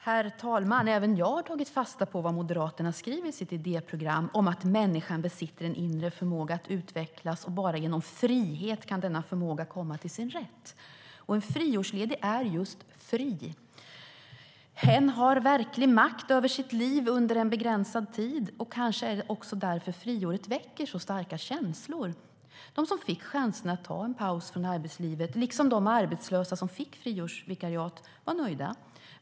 Herr talman! Även jag har tagit fasta på vad Moderaterna skriver i sitt idéprogram om att "människan besitter en inre förmåga att utvecklas och bara genom frihet kan denna förmåga komma till sin rätt". En friårsledig är just fri. Hen har verklig makt över sitt liv under en begränsad tid, och kanske är det också därför friåret väcker så starka känslor. De som fick chanserna att ta en paus från arbetslivet, liksom de arbetslösa som fick friårsvikariat, var nöjda.